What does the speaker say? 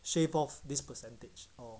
shave off this percentage or